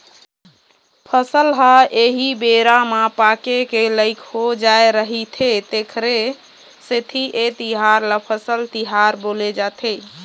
फसल ह एही बेरा म पाके के लइक हो जाय रहिथे तेखरे सेती ए तिहार ल फसल तिहार बोले जाथे